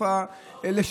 כבוד היושב-ראש,